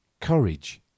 courage